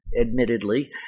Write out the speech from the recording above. admittedly